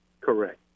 Correct